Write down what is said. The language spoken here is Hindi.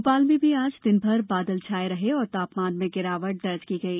भोपाल में भी आज दिनभर बादल छाये रहे और तापमान में गिरावट दर्ज की गई